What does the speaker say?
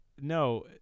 no